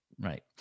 right